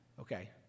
okay